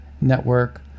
network